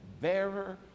bearer